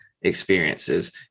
experiences